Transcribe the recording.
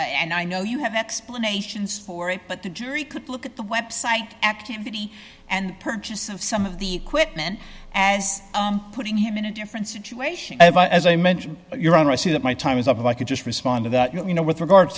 and i know you have explanations for it but the jury could look at the website activity and purchase of some of the equipment as putting him in a different situation but as i mentioned your honor i see that my time is up and i could just respond to that you know with regard